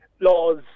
Laws